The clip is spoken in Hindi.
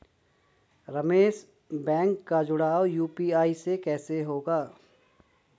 रमेश बैंक का जुड़ाव यू.पी.आई से कैसे होगा?